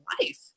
life